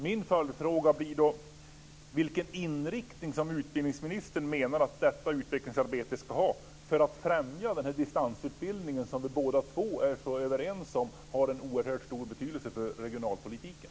Min följdfråga är då vilken inriktning som utbildningsministern menar att detta utvecklingsarbete ska ha för att främja distansutbildningen, som vi båda två är så överens om har en så oerhörd stor betydelse för regionalpolitiken.